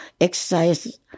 exercise